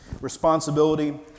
Responsibility